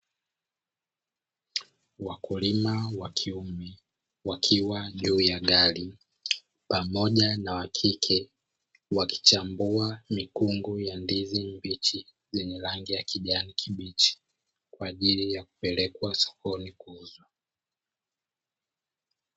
Wakulima wa kiume wakiwa juu ya gari, pamoja na wa kike wakichambua mikungu ya ndizi mbichi zenye rangi ya kijani kibichi, kwa ajili ya kupelekwa sokoni kuuzwa.